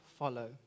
Follow